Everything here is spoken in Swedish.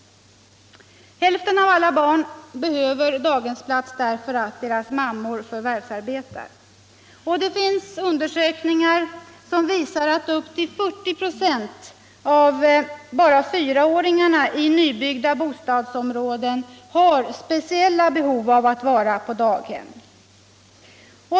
Hälften av alla barn behöver daghemspliats därför att deras mammor förvärvsarbetar. Och det finns undersökningar som visar att upp till 40 26 bara av fyraåringarna i nybyggda bostadsområden har speciella behov av att vara på daghem.